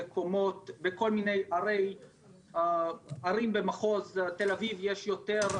לכן במקומות בכל מיני ערים במחוז תל אביב יש יותר,